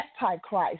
antichrist